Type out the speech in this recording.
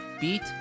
Beat